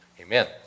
amen